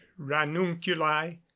ranunculi